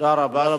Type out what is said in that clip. תודה רבה, אדוני.